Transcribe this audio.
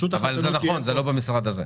כפי שאמרתי,